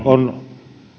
on